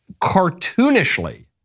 cartoonishly